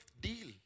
deal